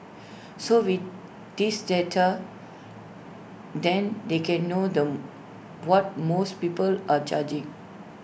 so with this data then they can know them what most people are charging